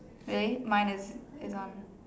really mine is they're gone